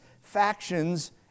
factions